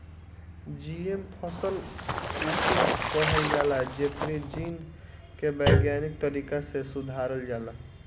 GM फसल उके कहल जाला जेकरी जीन के वैज्ञानिक तरीका से सुधारल जाला